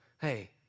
hey